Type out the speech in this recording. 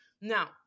Now